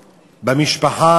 המשפחה,